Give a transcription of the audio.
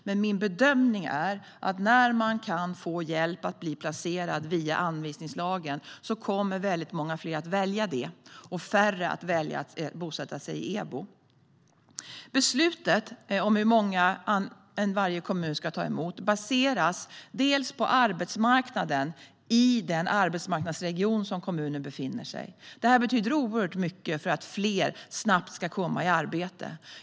Men min bedömning är att när man kan få hjälp att bli placerad via anvisningslagen kommer väldigt många fler att välja det och färre att välja att bosätta sig i EBO. Beslutet om hur många varje kommun ska ta emot baseras bland annat på arbetsmarknaden i den arbetsmarknadsregion som kommunen befinner sig i. Det betyder oerhört mycket för att fler snabbt ska komma i arbete.